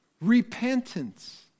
Repentance